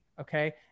okay